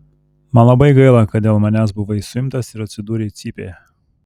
man labai gaila kad dėl manęs buvai suimtas ir atsidūrei cypėje